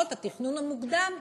לפחות התכנון המוקדם,